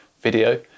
video